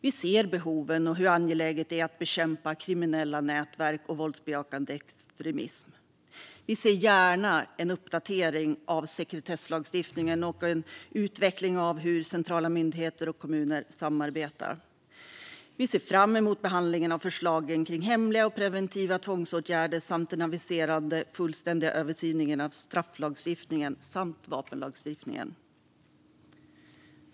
Vi ser behoven och hur angeläget det är att bekämpa kriminella nätverk och våldsbejakande extremism. Vi ser gärna en uppdatering av sekretesslagstiftningen och en utveckling av hur centrala myndigheter och kommuner samarbetar. Vi ser fram emot behandlingen av förslagen om hemliga och preventiva tvångsåtgärder samt den aviserade fullständiga översynen av strafflagstiftningen samt vapenlagstiftningen.